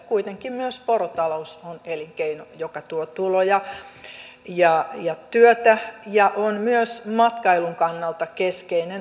kuitenkin myös porotalous on elinkeino joka tuo tuloja ja työtä ja on myös matkailun kannalta keskeinen houkutin